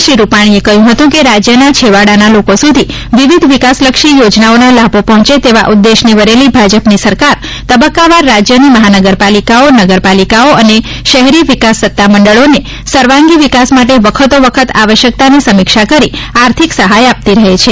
આ પ્રસંગે મુખ્યમંત્રી શ્રી વિજય રૂપાણીએ કહ્યું હતું કે રાજ્યના છેવાડાનાં લોકો સુધી વિવિધ વિકાસલક્ષી યોજનાઓનાં લાભો પહોંચે તેવા ઉદેશને વરેલી ભાજપની સરકાર તબક્કાવાર રાજ્યની મહાનગરપાલિકાઓ નગરપાલિકાઓ અને શહેરી વિકાસ સત્તા મંડળોને સર્વાંગી વિકાસ માટે વખતોવખત આવશ્યકતાની સમીક્ષા કરી આર્થીક સહાય આપતી રહે છે